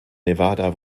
nevada